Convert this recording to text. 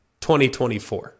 2024